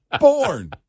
born